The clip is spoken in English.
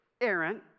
Aaron